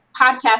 podcast